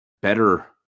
better